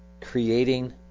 creating